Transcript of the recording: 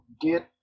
get